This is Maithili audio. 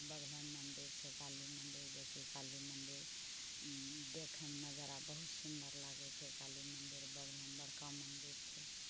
बगलेमे मन्दिर छै काली मन्दिर जेकि काली मन्दिर देखयमे नजारा बहुत सुन्दर लागै छै काली मन्दिर बगलेमे बड़का मन्दिर छै